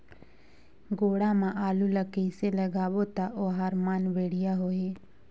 गोडा मा आलू ला कइसे लगाबो ता ओहार मान बेडिया होही?